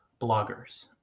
bloggers